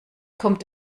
kommt